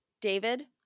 David